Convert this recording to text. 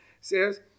says